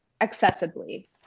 accessibly